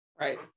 right